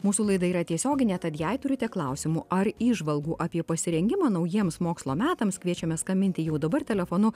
mūsų laida yra tiesioginė tad jei turite klausimų ar įžvalgų apie pasirengimą naujiems mokslo metams kviečiame skambinti jau dabar telefonu